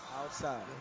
Outside